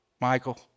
Michael